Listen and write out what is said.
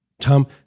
Tom